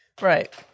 right